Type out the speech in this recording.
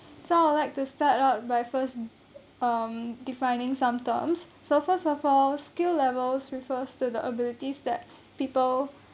so I would like to start out by first um defining some terms so first of all skill levels refers to the abilities that people